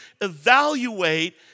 evaluate